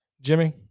Jimmy